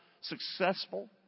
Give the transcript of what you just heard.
successful